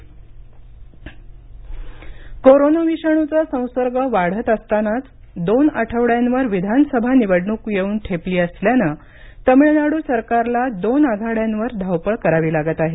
तमिळनाडू निवडणूक कोरोना विषाणूचा संसर्ग वाढत असतानाच दोन आठवड्यांवर विधानसभा निवडणूक येऊन ठेपली असल्यानं तमिळनाडू सरकारला दोन आघाड्यांवर धावपळ करावी लागत आहे